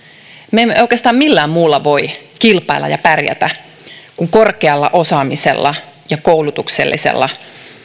me emme oikeastaan millään muulla voi kilpailla ja pärjätä kuin korkealla osaamisella ja koulutuksellisella